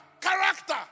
Character